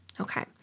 Okay